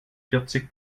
vierzig